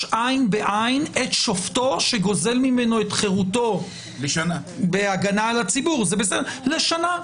עין בעין את שופטו שגוזל ממנו את חירותו בהגנה על הציבור לשנה.